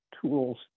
tools